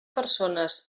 persones